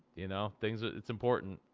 you know things that it's important.